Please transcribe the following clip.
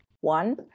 one